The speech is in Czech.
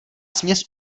směs